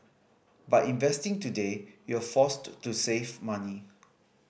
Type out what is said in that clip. by investing today you're forced to save money